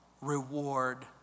reward